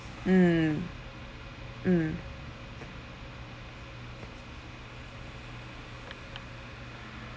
hmm hmm